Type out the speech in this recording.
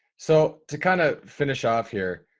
so to kind of finish off here.